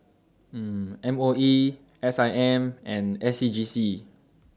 M O E S I M and S C G C